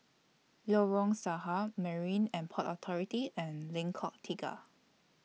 Lorong Sarhad Marine and Port Authority and Lengkok Tiga